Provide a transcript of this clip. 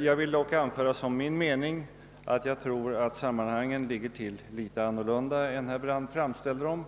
Jag vill dock anföra som min mening att sammanhangen ligger annorlunda till än herr Brandt framställde dem.